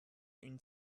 une